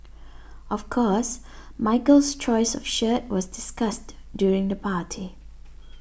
of course Michael's choice of shirt was discussed during the party